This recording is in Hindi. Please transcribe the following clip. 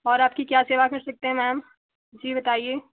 और आपकी क्या सेवा कर सकते हैं मैम जी बताएं